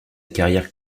carrière